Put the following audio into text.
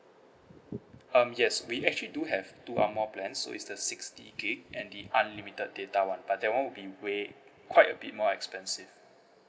um yes we actually do have two more plans so it's the sixty gig and the unlimited data one but that one will be way quite a bit more expensive